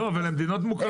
לא, אבל הן מדינות מוכרות.